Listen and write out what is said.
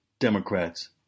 Democrats